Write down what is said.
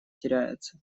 теряется